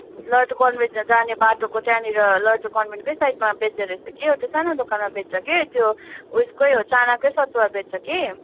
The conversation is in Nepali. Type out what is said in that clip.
लरेटो कन्भेन्ट जाने बाटोको त्यहाँनिर लरेटो कनभेन्टकै साइडमा बेच्दो रहेछ कि एउटा सानो दोकानमा बेच्छ कि त्यो उयेसकै हो चानाकै सतुवा बेच्छ कि